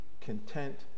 content